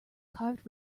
carved